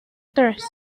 thirst